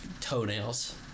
toenails